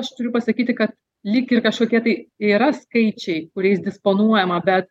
aš turiu pasakyti kad lyg ir kažkokie tai yra skaičiai kuriais disponuojama bet